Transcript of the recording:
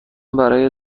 برای